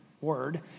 word